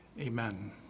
Amen